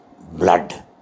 blood